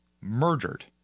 murdered